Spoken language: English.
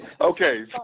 Okay